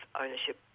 ownership